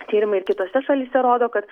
tyrimai ir kitose šalyse rodo kad